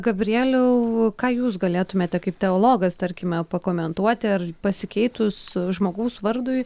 gabrieliau ką jūs galėtumėte kaip teologas tarkime pakomentuoti ar pasikeitus žmogaus vardui